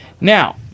Now